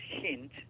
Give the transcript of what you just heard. hint